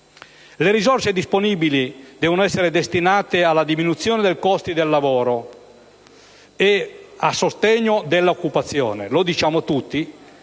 Le risorse disponibili devono essere destinate alla diminuzione del costo del lavoro e al sostegno dell'occupazione. Lo diciamo tutti,